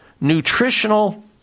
nutritional